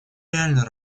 реально